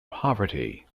poverty